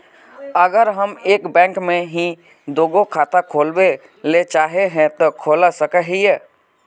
अगर हम एक बैंक में ही दुगो खाता खोलबे ले चाहे है ते खोला सके हिये?